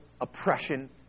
oppression